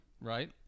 Right